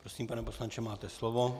Prosím, pane poslanče, máte slovo.